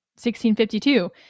1652